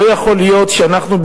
לא יכול להיות שאנחנו,